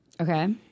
Okay